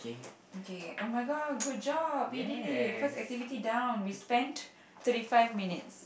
okay oh-my-god good job we did it first activity down we spent thirty five minutes